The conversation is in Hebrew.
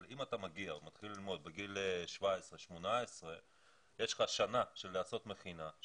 אבל אם אתה מתחיל ללמוד בגיל 18-17 יש לך שנה של לעשות מכינה,